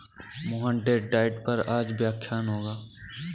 Mohan date diet पर आज व्याख्यान होगा